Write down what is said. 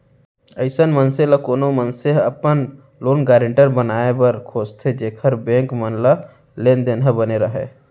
अइसन मनसे ल कोनो मनसे ह अपन लोन गारेंटर बनाए बर खोजथे जेखर बेंक मन म लेन देन ह बने राहय